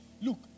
Look